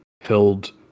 held